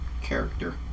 character